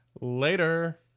Later